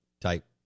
type